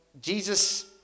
Jesus